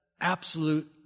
absolute